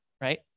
right